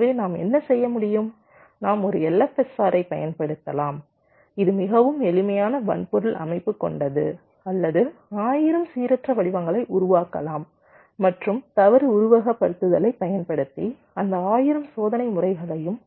எனவே நாம் என்ன செய்ய முடியும் நாம் ஒரு LFSR ரைப் பயன்படுத்தலாம் இது மிகவும் எளிமையான வன்பொருள் அமைப்பு கொண்டது அல்லது 1000 சீரற்ற வடிவங்களை உருவாக்கலாம் மற்றும் தவறு உருவகப்படுத்துதலைப் பயன்படுத்தி அந்த 1000 சோதனை முறைகளையும்